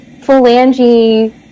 phalange